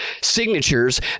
signatures